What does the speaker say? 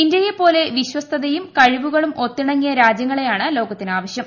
ഇന്ത്യയെപ്പോലെ വിശ്വസ്തതയും കഴിവുകളും ഒത്തിണങ്ങിയ രാജ്യങ്ങളെയാണ് ലോകത്തിനാവശ്യം